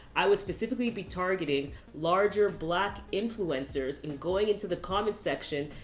i would specifically be targeting larger black influencers, and going into the comments section,